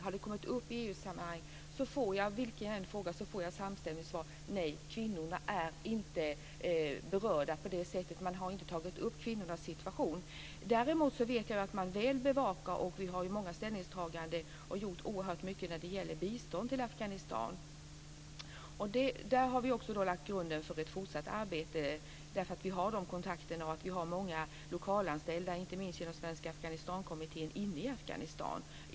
Har detta kommit upp i EU sammanhang? Vem jag än ställer frågorna till får jag ett samstämmigt svar: Nej, kvinnorna är inte berörda på det sättet - man har inte tagit upp kvinnornas situation. Däremot vet jag att man väl bevakar området. Vi har ju många ställningstaganden, och vi har gjort oerhört mycket när det gäller bistånd till Afghanistan. Där har vi lagt grunden för ett fortsatt arbete i och med de kontakter vi har. Dessutom har vi många lokalanställda, inte minst genom Svenska Afghanistankommittén, inne i Afghanistan.